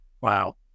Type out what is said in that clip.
Wow